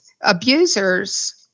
abusers